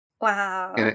Wow